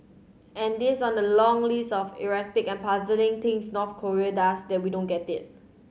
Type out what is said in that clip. and this on the long list of erratic and puzzling things North Korea does that we don't get it